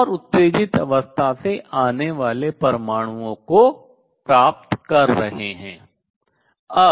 और उत्तेजित अवस्था से आने वाले परमाणुओं को प्राप्त कर रहे हैं